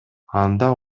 анда